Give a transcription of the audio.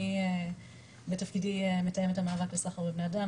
אני בתפקידי מתאמת המאבק לסחר בבני אדם,